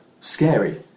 Scary